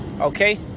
okay